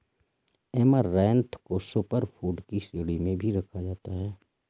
amaranth को super food की श्रेणी में भी रखा जाता है